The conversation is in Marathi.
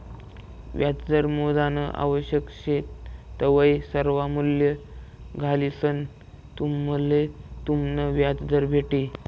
व्याजदर मोजानं आवश्यक शे तवय सर्वा मूल्ये घालिसंन तुम्हले तुमनं व्याजदर भेटी